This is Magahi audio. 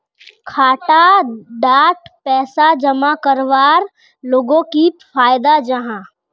खाता डात पैसा जमा करवार लोगोक की फायदा जाहा?